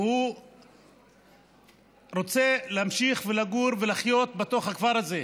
והוא רוצה להמשיך ולגור ולחיות בתוך הכפר הזה.